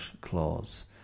clause